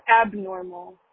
abnormal